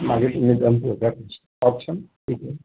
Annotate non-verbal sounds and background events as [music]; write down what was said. [unintelligible] লগাই থৈছোঁ কওকচোন কি কয়